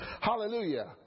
Hallelujah